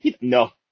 No